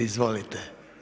Izvolite.